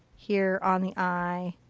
here on the eye.